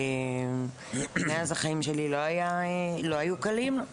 מאז החיים שלי לא היו קלים,